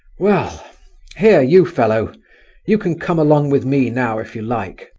well here, you fellow you can come along with me now if you like!